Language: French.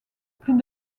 plus